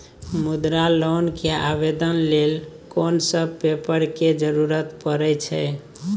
मुद्रा लोन के आवेदन लेल कोन सब पेपर के जरूरत परै छै?